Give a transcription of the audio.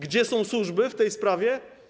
Gdzie są służby w tej sprawie?